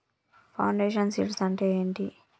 Foundation seeds అంటే ఏంటి?